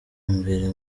imbere